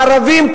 הערבים,